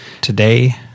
Today